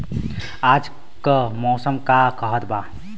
आज क मौसम का कहत बा?